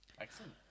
Excellent